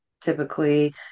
Typically